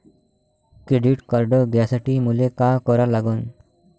Credit card घ्यासाठी मले का करा लागन?